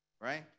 Right